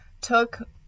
took